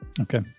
Okay